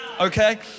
Okay